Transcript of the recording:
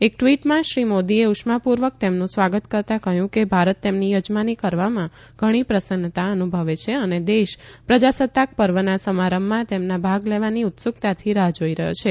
એક ટ્વીટમાં શ્રી મોદીએ ઉષ્માપૂર્વક તેમનું સ્વાગત કરતા કહ્યું કે ભારત તેમની યજમાની કરવામાં ઘણી પ્રસન્નતા અનુભવે છે અને દેશ પ્રજાસત્તાક પર્વના સમારંભમાં તેમના ભાગ લેવાની ઉત્સુકતાથી રાહ જોઈ રહ્યો છે